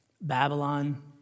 Babylon